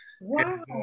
Wow